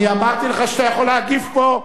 אני אמרתי לך שאתה יכול להגיב פה.